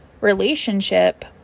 relationship